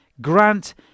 Grant